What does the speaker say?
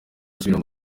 gusubira